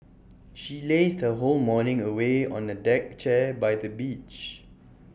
she lazed her whole morning away on A deck chair by the beach